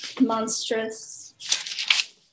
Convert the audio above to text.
monstrous